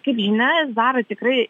kaip žinia zara tikrai